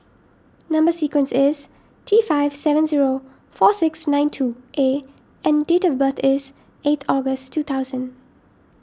Number Sequence is T five seven zero four six nine two A and date of birth is eight August two thousand